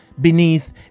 beneath